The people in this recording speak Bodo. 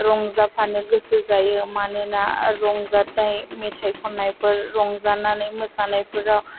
रंजाफानो गोसो जायो मानोना रंजाथाय मेथाइ खन्नायफोर रंजानानै मोसानायफोराव